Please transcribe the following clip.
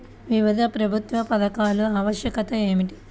వివిధ ప్రభుత్వా పథకాల ఆవశ్యకత ఏమిటి?